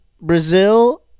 Brazil